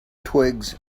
twigs